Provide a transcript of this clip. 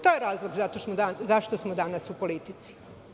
To je razlog zašto smo danas u politici.